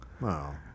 Wow